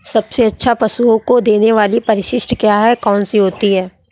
सबसे अच्छा पशुओं को देने वाली परिशिष्ट क्या है? कौन सी होती है?